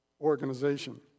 organization